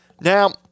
Now